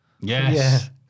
yes